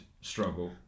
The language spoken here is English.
struggle